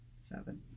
seven